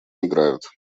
играют